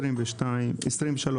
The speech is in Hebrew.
2024-2023,